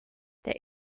there